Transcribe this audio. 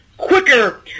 quicker